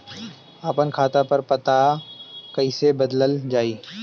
आपन खाता पर पता कईसे बदलल जाई?